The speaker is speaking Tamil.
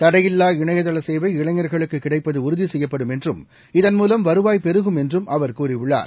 தடையில்லா இணையதள சேவை இளைஞர்களுக்கு கிடைப்பது உறுதி செய்யப்படும் என்றும் இதன் மூலம் வருவாய் பெருகும் என்றும் அவர் கூறியுள்ளார்